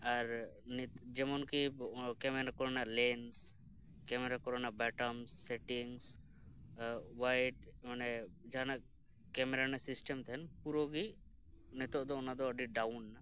ᱟᱨ ᱡᱮᱢᱚᱱ ᱠᱤ ᱠᱮᱢᱮᱨᱟ ᱠᱚᱨᱮᱱᱟᱜ ᱞᱮᱱᱥ ᱠᱮᱢᱮᱨᱟ ᱠᱚᱨᱟᱱᱟᱜ ᱵᱟᱴᱚᱢ ᱥᱮᱴᱤᱝᱥ ᱳᱣᱟᱭᱤᱰ ᱚᱱᱮ ᱡᱟᱦᱟᱱᱟᱜ ᱠᱮᱢᱮᱨᱟ ᱨᱮᱱᱟᱜ ᱥᱤᱥᱴᱮᱢ ᱛᱟᱦᱮᱱᱟ ᱯᱩᱨᱟᱹᱜᱮ ᱱᱤᱛᱚᱜ ᱫᱚ ᱚᱱᱟ ᱜᱮ ᱟᱹᱰᱤ ᱰᱟᱣᱩᱱ ᱮᱱᱟ